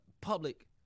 public